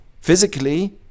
physically